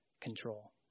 control